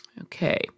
Okay